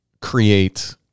create